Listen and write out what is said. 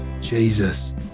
Jesus